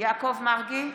יעקב מרגי,